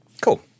Cool